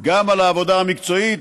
גם על העבודה המקצועית,